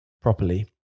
properly